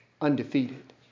undefeated